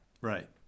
Right